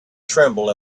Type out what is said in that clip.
tremble